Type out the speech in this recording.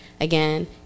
again